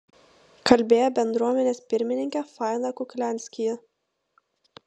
kalbėjo bendruomenės pirmininkė faina kuklianskyje